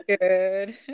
Good